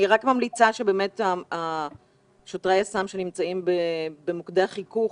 אני רק ממליצה ששוטרי היס"מ שנמצאים במוקדי החיכוך,